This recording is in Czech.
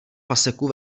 paseku